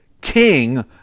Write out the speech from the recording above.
king